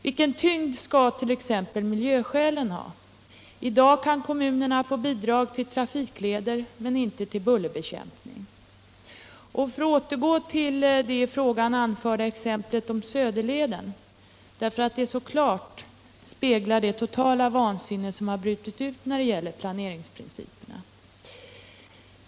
Vilken tyngd skall t.ex. miljöskälen ha? I dag kan kommunerna få bidrag till trafikleder men inte till bullerbekämpning. Jag återgår till det i frågan anförda exemplet, Söderleden, därför att —- Nr 24 det så klart speglar det totala vansinne som brutit ut när det gäller planeringsprinciperna.